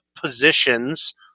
positions